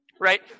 right